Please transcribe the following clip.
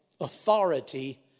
authority